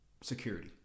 security